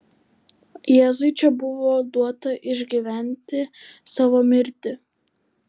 jėzui čia buvo duota išgyventi savo mirtį